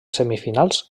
semifinals